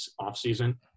offseason